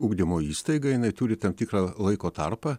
ugdymo įstaiga jinai turi tam tikrą laiko tarpą